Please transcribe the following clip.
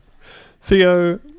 Theo